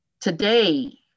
Today